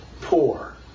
poor